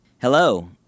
Hello